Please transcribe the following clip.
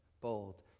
bold